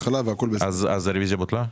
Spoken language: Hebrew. הרוויזיה בוטלה?